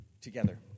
together